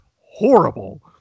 horrible